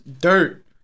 dirt